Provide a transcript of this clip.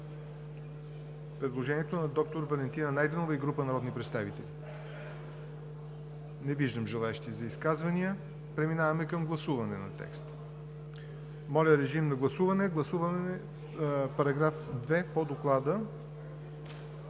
предложението на доктор Валентина Найденова и група народни представители? Не виждам желаещи за изказвания. Преминаваме към гласуване на текста. Моля да гласуваме § 2 по Доклада